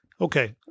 Okay